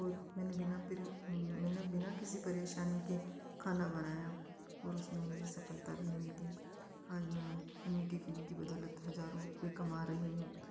और मैंने बिना प्री मैंने बिना किसी परेशानी के खाना बनाया और उसमें मुझे सफ़लता भी मिली आज मैं उन्हीं टिफ़िन की बदौलत हज़ारों रुपये कमा रही हूँ